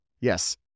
Yes